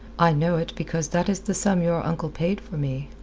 i know it because that is the sum your uncle paid for me.